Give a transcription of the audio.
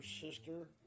sister